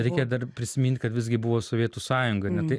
reikia dar prisimint kad visgi buvo sovietų sąjunga ne tai